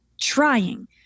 trying